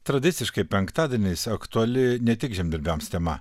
tradiciškai penktadieniais aktuali ne tik žemdirbiams tema